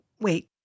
wait